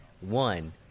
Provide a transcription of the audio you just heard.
one